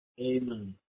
Amen